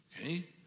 okay